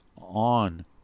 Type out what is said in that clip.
on